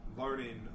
learning